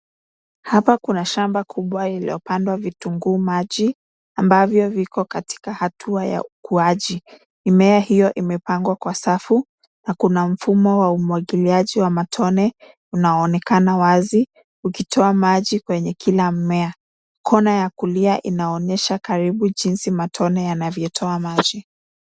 Hapa kuna shamba kubwa iliyopandwa vitunguu maji ambavyo viko katika hatua ya ukuaji. Mimea hiyo imepangwa kwa safu na kuna mfumo wa umwagiliaji wa matone unaoonekana wazi, ukitoa maji kwenye kila mmea. Kona ya kulia inaonyesha karibu jinsi matone yanavyotoa maji.